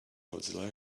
mozilla